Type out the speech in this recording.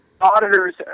Auditors